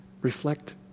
reflect